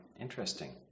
interesting